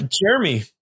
jeremy